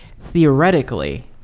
theoretically